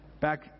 back